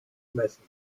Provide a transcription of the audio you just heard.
messen